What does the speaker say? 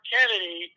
Kennedy